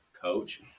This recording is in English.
coach